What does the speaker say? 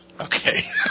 Okay